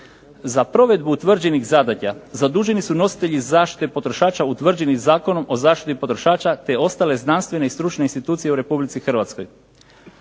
Za provedbu utvrđenih zadaća, zaduženi su nositelji zaštite potrošača utvrđenim Zakonom o zaštiti potrošača, te ostale znanstvene i stručne institucije u Republici Hrvatskoj.